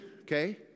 okay